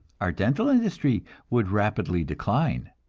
our dental industry would rapidly decline.